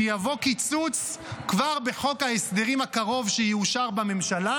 שיבוא קיצוץ כבר בחוק ההסדרים הקרוב שיאושר בממשלה,